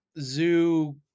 Zoo